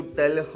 tell